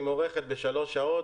היא מוערכת בשלוש שעות,